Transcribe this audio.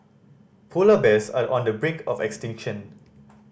polar bears are on the brink of extinction